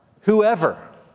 whoever